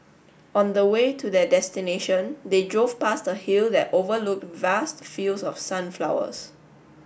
on the way to their destination they drove past a hill that overlooked vast fields of sunflowers